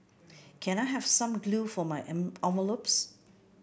can I have some glue for my envelopes